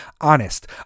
honest